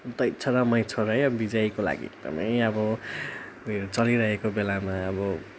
तैँ छोड् र मै छोड् है अब विजयको लागि एकदम अब उयो चलिरहेको बेलामा अब